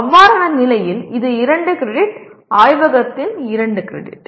அவ்வாறான நிலையில் இது 2 கிரெடிட் ஆய்வகத்தின் 2 கிரெடிட்